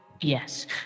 yes